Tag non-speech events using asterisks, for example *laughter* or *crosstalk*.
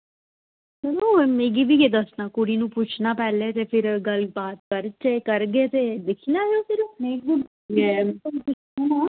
मिगी बी केह् दस्सना कुड़ी गी पुच्छना पैह्ले ते फिर गल्लबात करचै करगे ते दिक्खी लैएओ फिर *unintelligible*